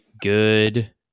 Good